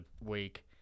week